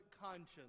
conscience